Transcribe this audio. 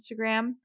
Instagram